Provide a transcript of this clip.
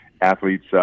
athletes